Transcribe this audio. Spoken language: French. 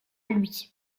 lui